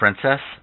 Princess